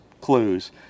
clues